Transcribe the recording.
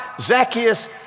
Zacchaeus